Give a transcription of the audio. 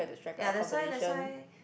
ya that's why that's why